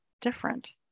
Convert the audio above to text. different